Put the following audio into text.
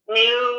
new